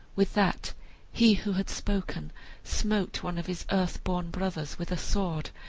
with that he who had spoken smote one of his earth-born brothers with a sword,